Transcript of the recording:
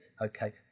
okay